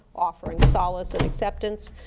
offering solace and acceptance.